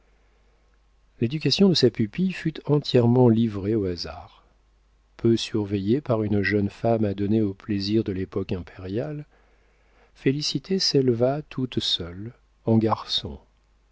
l'éducation de sa pupille fut entièrement livrée au hasard peu surveillée par une jeune femme adonnée aux plaisirs de l'époque impériale félicité s'éleva toute seule en garçon